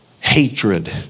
hatred